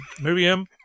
Miriam